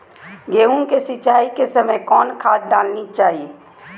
गेंहू के सिंचाई के समय कौन खाद डालनी चाइये?